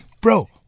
Bro